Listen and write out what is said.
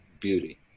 beauty